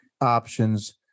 options